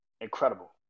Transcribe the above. Incredible